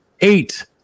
eight